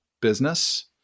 business